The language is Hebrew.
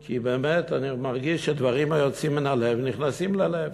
כי באמת אני מרגיש שדברים היוצאים מן הלב נכנסים ללב.